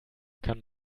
kann